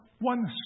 one